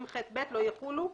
20ו ו-20ח(ב) לא יחולו,